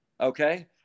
okay